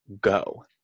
Go